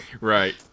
Right